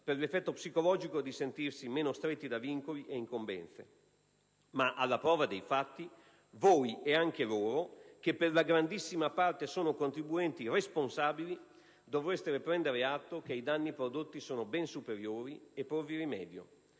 per l'effetto psicologico di sentirsi meno stretti da vincoli e incombenze. Ma, alla prova dei fatti, voi, e anche loro, che per la grandissima parte sono contribuenti responsabili, dovreste prendere atto che i danni prodotti sono ben superiori, e porvi rimedio: